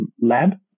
lab